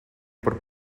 por